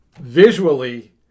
visually